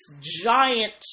giant